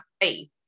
faith